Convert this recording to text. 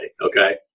Okay